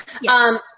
Yes